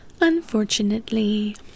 Unfortunately